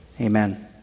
amen